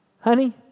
Honey